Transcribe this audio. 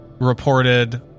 reported